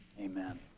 Amen